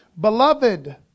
Beloved